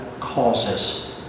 causes